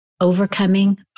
overcoming